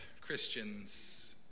Christians